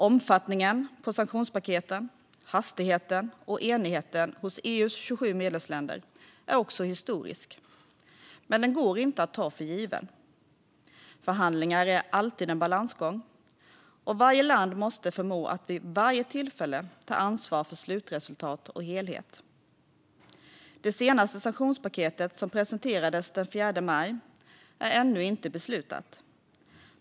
Omfattningen på sanktionspaketen och hastigheten och enigheten hos EU:s 27 medlemsländer är också historisk, men den går inte att ta för given. Förhandlingar är alltid en balansgång, och varje land måste vid varje tillfälle förmå att ta ansvar för slutresultat och helhet. Det senaste sanktionspaketet, som presenterades den 4 maj, är ännu inte beslutat.